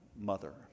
mother